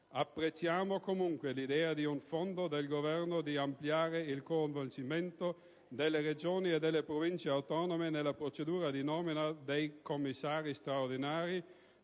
Apprezziamo comunque l'idea di fondo del Governo di ampliare il coinvolgimento delle Regioni e delle Province autonome nella procedura di nomina dei commissari straordinari